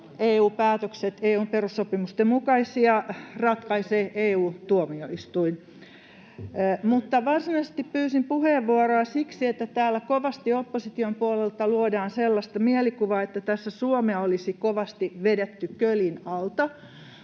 EU-päätökset EU:n perussopimusten mukaisia, ratkaisee EU-tuomioistuin. Mutta varsinaisesti pyysin puheenvuoroa siksi, että täällä opposition puolelta luodaan kovasti sellaista mielikuvaa, että tässä Suomea olisi kovasti vedetty kölin alta.